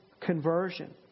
conversion